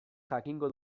jakingo